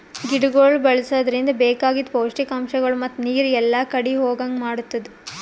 ಗಿಡಗೊಳ್ ಬೆಳಸದ್ರಾಗ್ ಬೇಕಾಗಿದ್ ಪೌಷ್ಟಿಕಗೊಳ್ ಮತ್ತ ನೀರು ಎಲ್ಲಾ ಕಡಿ ಹೋಗಂಗ್ ಮಾಡತ್ತುದ್